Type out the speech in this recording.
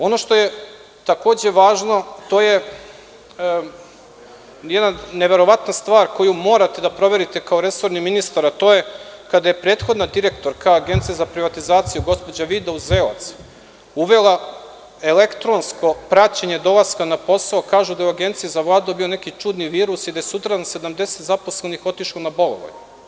Ono što je takođe važno, to je jedna neverovatna stvar koju morate da proverite kao resorni ministar, a to je kada je prethodna direktorka Agencije za privatizaciju, gospođa Vida Uzelac uvela elektronsko praćenje dolaska na posao, kažu da je u Agenciji bio zavladao neki čudni virus i da je sutradan 70 zaposlenih otišlo na bolovanje.